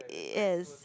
yes